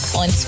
on